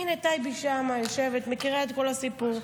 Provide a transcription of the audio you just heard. הינה, טייבי שם, יושבת, ומכירה את כל הסיפור.